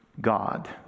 God